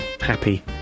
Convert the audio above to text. happy